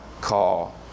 call